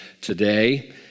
today